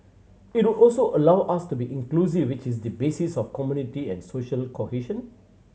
it would also allow us to be inclusive which is the basis of community and social cohesion